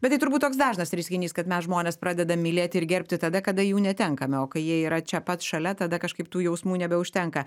bet tai turbūt toks dažnas reiškinys kad mes žmonės pradedam mylėti ir gerbti tada kada jų netenkame o kai jie yra čia pat šalia tada kažkaip tų jausmų nebeužtenka